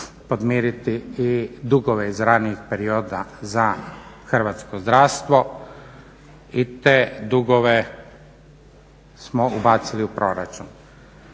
podmiriti i dugove iz ranijih perioda za Hrvatsko zdravstvo i te dugove smo ubacili u proračun.